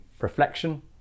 reflection